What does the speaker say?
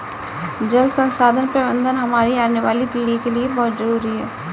जल संसाधन प्रबंधन हमारी आने वाली पीढ़ी के लिए बहुत जरूरी है